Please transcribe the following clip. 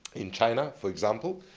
in china, for example.